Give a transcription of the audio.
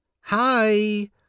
Hi